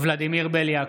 ולדימיר בליאק,